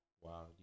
wow